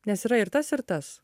nes yra ir tas ir tas